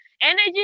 energy